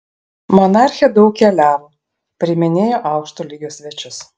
monarchė daug keliavo priiminėjo aukšto lygio svečius